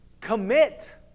Commit